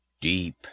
deep